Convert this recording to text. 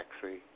taxi